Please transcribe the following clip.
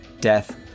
death